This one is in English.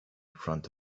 front